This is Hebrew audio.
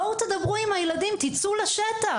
בואו, תדברו עם הילדים תצאו לשטח.